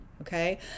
okay